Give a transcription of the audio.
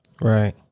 Right